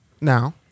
now